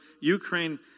Ukraine